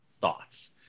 thoughts